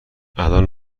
الان